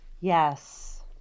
yes